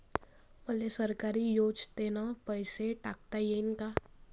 मले सरकारी योजतेन पैसा टाकता येईन काय?